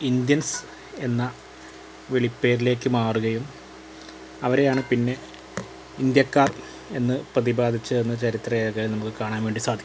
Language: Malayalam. ഇന്ത്യൻസ് എന്ന വിളിപ്പേരിലേക്കു മാറുകയും അവരെയാണ് പിന്നെ ഇന്ത്യക്കാർ എന്നു പ്രതിപാദിച്ചത് എന്നു ചരിത്ര രേഖയിൽ നമുക്ക് കാണാൻ വേണ്ടി സാധിക്കും